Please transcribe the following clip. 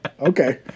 okay